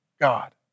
God